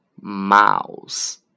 Mouse